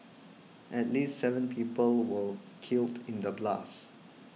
at least seven people were killed in the blasts